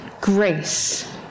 grace